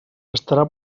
estarà